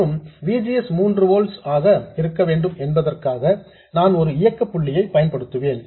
மற்றும் V G S 3 volts ஆக இருக்கவேண்டும் என்பதற்காக நான் ஒரு இயக்க புள்ளியை பயன்படுத்துவேன்